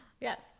yes